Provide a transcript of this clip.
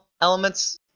elements